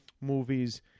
movies